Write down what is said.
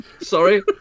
sorry